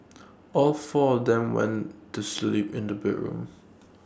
all four of them went to sleep in the bedroom